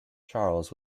charles